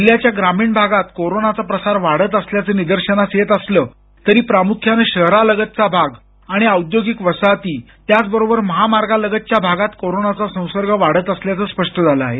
जिल्ह्याच्या ग्रामीण भागात कोरोनाचा प्रसार वाढत असल्याचं निदर्शनास येत असलं तरी प्रामुख्यानं शहरालगतचा भाग आणि औद्योगिक वसाहती त्याचबरोबर महामार्गालगतच्या भागात कोरोनाचा संसर्ग वाढत असल्याचं स्पष्ट झालं आहे